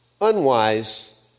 unwise